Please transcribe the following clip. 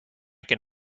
can